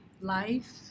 life